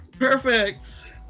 Perfect